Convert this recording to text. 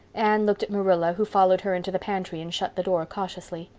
anne looked at marilla, who followed her into the pantry and shut the door cautiously.